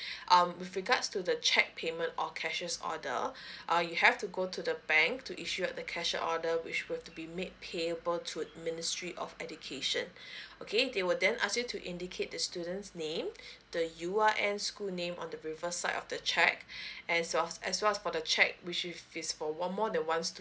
um with regards to the cheque payment or cashier's order uh you have to go to the bank to issue the cashier order which will have to be made payable to ministry of education okay they will then ask you to indicate the student's name the U_E_N school name on the prefer side of the cheque as was as well for the cheque which with fees for more than one student